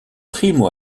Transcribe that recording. primo